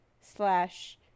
slash